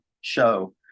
show